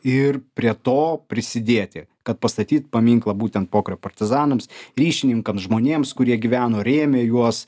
ir prie to prisidėti kad pastatyt paminklą būtent pokario partizanams ryšininkams žmonėms kurie gyveno rėmė juos